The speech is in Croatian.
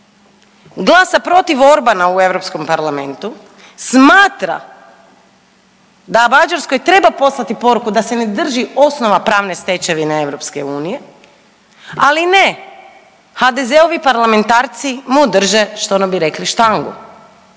glasa protiv Orbana u Europskom parlamentu, smatra da Mađarskoj treba poslati poruku da se ne drži osnova pravne stečevine EU. Ali ne, HDZ-ovi parlamentarci mu drže što ono bi rekli štangu.